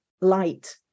light